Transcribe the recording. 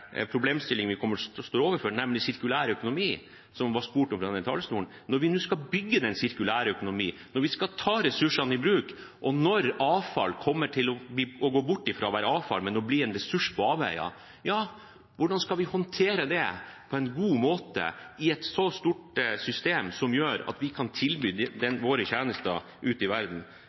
problemstillingene vi kommer til å stå overfor, nemlig sirkulær økonomi, som det ble spurt om fra denne talerstolen, når vi nå skal bygge en sirkulær økonomi, når vi skal ta ressursene i bruk, og når avfall kommer til å gå fra å være avfall til å bli en ressurs på avveie – hvordan skal vi håndtere det på en god måte i et så stort system at vi kan tilby våre tjenester ute i verden?